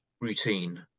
routine